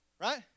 Right